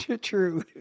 True